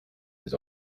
his